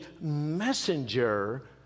messenger